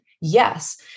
Yes